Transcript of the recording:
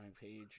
Page